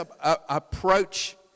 approach